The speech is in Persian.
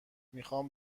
میخوام